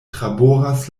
traboras